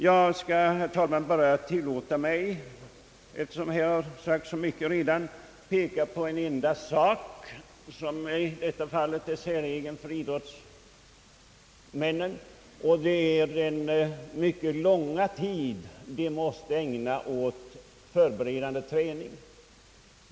Jag skall, herr talman, tillåta mig, eftersom här sagts så mycket redan, att peka på bara en enda sak som i detta fall är säregen för idrottsmännen, och det är den mycket långa tid de måste ägna åt förberedande träning.